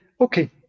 okay